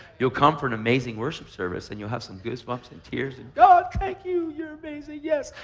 you'll come for an amazing worship service and you'll have some goosebumps and tears and, god, thank you, you're amazing. yes.